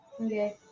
Okay